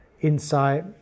insight